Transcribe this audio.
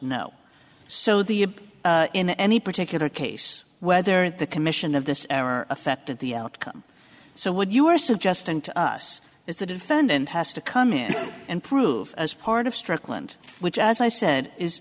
know so the in any particular case whether the commission of this error affected the outcome so what you are suggesting to us is the defendant has to come in and prove as part of strickland which as i said is